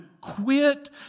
quit